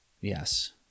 yes